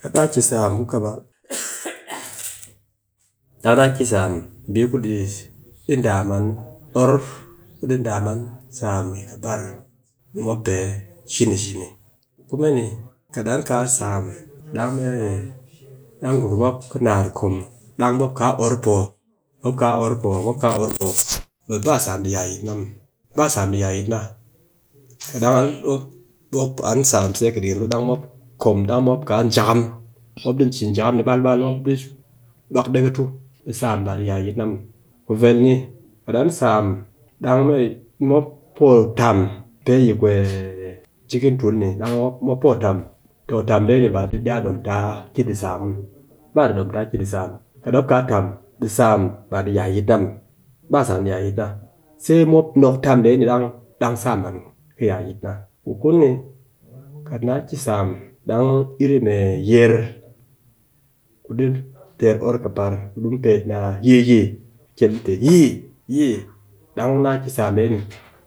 daa ki sam ku kɨbar? Ang daa ki sam, bii ku di dam an, or ku di dam an sam yi kɨbar ni mop pe shini shini, ku kume ni, kat an kaa sam, dang mee, dang gurum mop ki dak kom, dang mop kaa or poo, mop kaa or poo, mop kaa or poo? E ba sam di ya yit na muw, ba sam di ya yit na, dang an kaa samse ki dikin lu, ɓe dang mop di cin jakam ni ɓalbal, mop di or deke tu ɓe ba sam di ya yit na muw. Ku vel ni kat an sam dang mee mop poo tam, toh tam de ni ba di iya dom taki di sam muw, baa di dom ta ki di sam muw, kat mop kaa tam ɓe sam ba di ya yit na muw, ba sam di ya yit na sai mop nok tam dee ni dang, dang sam man ki ya yit na. Ku kuni, kat na ki sam dang iri me yiyir ku di ter or ku kɨbar, ku mop di pet ni a yiyi, kat te yiyi, dang na ki sam dee ni,